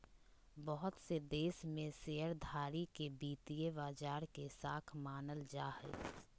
बहुत से देश में शेयरधारी के वित्तीय बाजार के शाख मानल जा हय